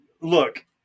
look